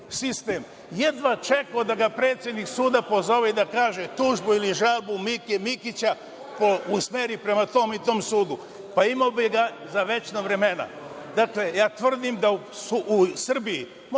sistem jedva čekao da ga predsednik suda pozove i kaže – tužbu ili žalbu Mike Mikića usmeri prema tom i tom sudu. Pa imao bi ga za večna vremena. Tvrdim da u Srbiji,